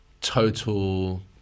total